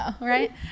Right